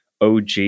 OG